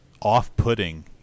off-putting